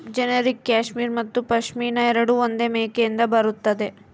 generic cashmere ಮತ್ತು ಪಶ್ಮಿನಾ ಎರಡೂ ಒಂದೇ ಮೇಕೆಯಿಂದ ಬರುತ್ತದೆ